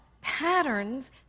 patterns